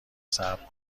صبر